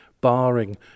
barring